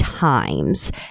Times